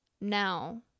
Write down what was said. Now